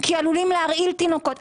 כי עלולים להרעיל תינוקות.